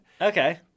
Okay